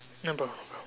no problem